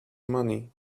money